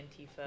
Antifa